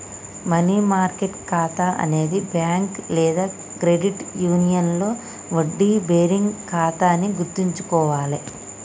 money market ఖాతా అనేది bank లేదా క్రెడిట్ యూనియన్లో వడ్డీ బేరింగ్ ఖాతా అని గుర్తుంచుకోవాలే